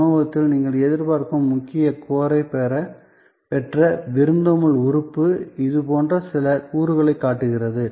உணவகத்தில் நீங்கள் எதிர்பார்க்கும் முக்கிய கோர் ஐ பெற்ற விருந்தோம்பல் உறுப்பு இது போன்ற சில கூறுகளைக் காட்டுகிறது